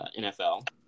NFL